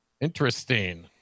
Interesting